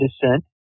descent